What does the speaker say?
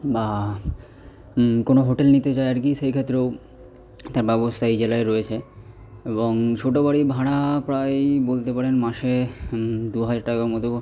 বা কোনও হোটেল নিতে চায় আর কী সেক্ষেত্রেও তার ব্যবস্থা এই জেলায় রয়েছে এবং ছোট বাড়ি ভাড়া প্রায় বলতে পারেন মাসে দু হাজার টাকা মতো